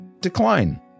decline